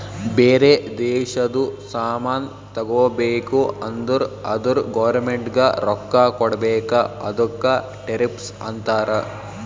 ಬೇರೆ ದೇಶದು ಸಾಮಾನ್ ತಗೋಬೇಕು ಅಂದುರ್ ಅದುರ್ ಗೌರ್ಮೆಂಟ್ಗ ರೊಕ್ಕಾ ಕೊಡ್ಬೇಕ ಅದುಕ್ಕ ಟೆರಿಫ್ಸ್ ಅಂತಾರ